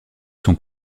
sont